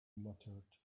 muttered